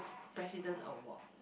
President Award